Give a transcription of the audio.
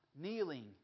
Kneeling